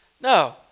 No